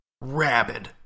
rabid